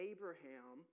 Abraham